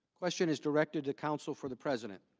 question is directed to counsel for the president.